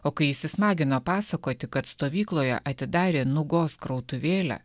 o kai įsismagino pasakoti kad stovykloje atidarė nugos krautuvėlę